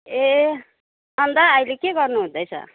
ए अन्त अहिले के गर्नुहुँदैछ